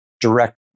direct